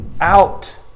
out